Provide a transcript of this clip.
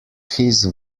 his